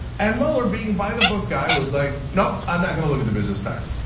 and mueller, being by-the-book guy, was like, nope, i'm not gonna look at the business ties.